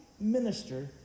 minister